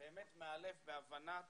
בהבנת